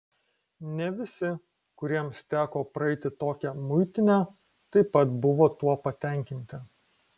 ne visi kuriems teko praeiti tokią muitinę taip pat buvo tuo patenkinti